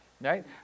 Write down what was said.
right